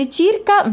circa